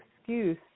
excuse